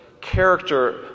character